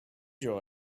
joy